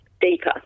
deeper